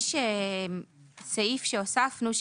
יש סעיף שהוספנו,